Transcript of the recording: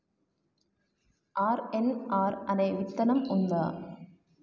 RNR అనే విత్తనం ఉందా?